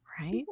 right